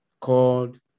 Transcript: called